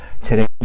today